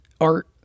art